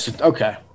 okay